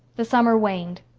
the summer waned.